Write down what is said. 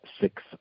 six